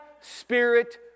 spirit